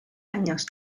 años